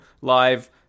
live